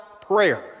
prayer